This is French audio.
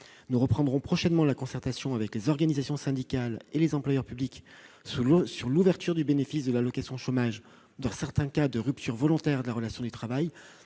Nous reprendrons prochainement la concertation avec les organisations syndicales et les employeurs publics sur l'ouverture du bénéfice de l'allocation chômage dans certains cas de rupture volontaire de la relation de travail,